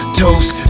toast